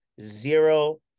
zero